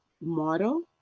model